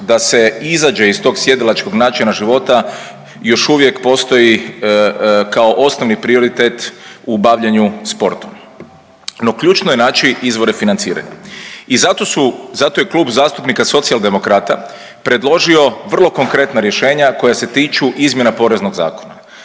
da se izađe iz tog sjedilačkoga načina života još uvijek postoji kao osnovni prioritet u bavljenju sportom. No ključno je naći izvore financiranja i zato je Klub zastupnika Socijaldemokrata predložio vrlo konkretna rješenja koja se tiču izmjena poreznog zakona,